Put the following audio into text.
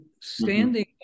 standing